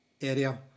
area